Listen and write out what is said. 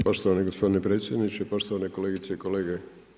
Poštovani gospodine predsjedniče, poštovane kolegice i kolege.